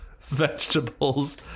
vegetables